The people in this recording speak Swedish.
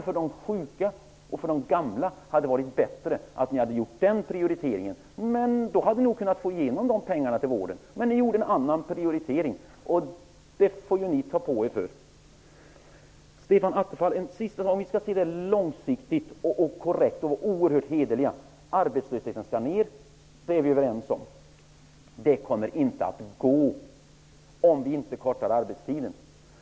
För de sjuka och gamla hade det varit bättre att ni hade gjort den prioriteringen. Då hade ni nog kunnat få igenom pengarna till vården. Men ni gjorde en annan prioritering, och det får ni ta på er ansvaret för. Stefan Attefall, vi skall se frågan långsiktigt och korrekt och vara oerhört hederliga. Arbetslösheten skall minska. Det är vi överens om. Det kommer inte att gå om vi inte förkortar arbetstiden.